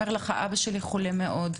אומר לך: אבא שלי חולה מאוד,